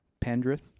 Pendrith